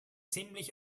ziemlich